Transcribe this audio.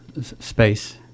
space